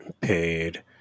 paid